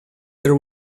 there